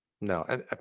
No